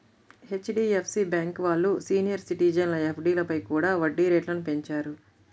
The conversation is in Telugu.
హెచ్.డి.ఎఫ్.సి బ్యేంకు వాళ్ళు సీనియర్ సిటిజన్ల ఎఫ్డీలపై కూడా వడ్డీ రేట్లను పెంచారు